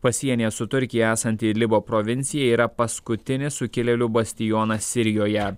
pasienyje su turkija esanti idlibo provincija yra paskutinė sukilėlių bastiona sirijoje